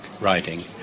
riding